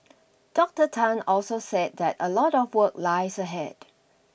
Doctor Tan also said that a lot of work lies ahead